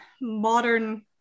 modern